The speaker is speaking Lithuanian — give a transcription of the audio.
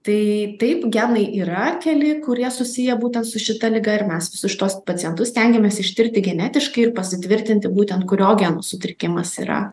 tai taip genai yra keli kurie susiję būtent su šita liga ir mes visus šituos pacientus stengiamės ištirti genetiškai ir pasitvirtinti būtent kurio geno sutrikimas yra